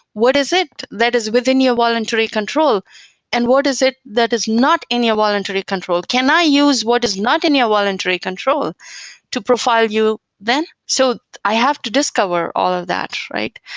what is it that is within your voluntary control and what is it that is not in your voluntary control? can i use what is not in your voluntary control to profile you then? so i have to discover all of that, right?